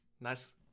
nice